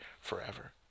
forever